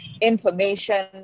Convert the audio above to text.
information